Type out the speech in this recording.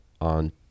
on